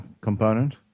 component